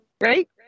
Right